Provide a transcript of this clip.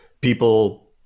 people